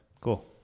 cool